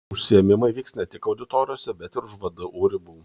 užsiėmimai vyks ne tik auditorijose bet ir už vdu ribų